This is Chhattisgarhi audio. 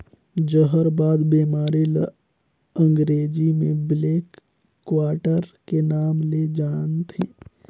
जहरबाद बेमारी ल अंगरेजी में ब्लैक क्वार्टर के नांव ले जानथे